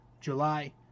July